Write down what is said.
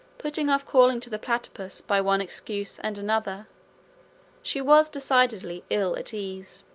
putting off calling to the platypus by one excuse and another she was decidedly ill at ease.